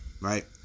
right